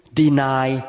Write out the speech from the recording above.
deny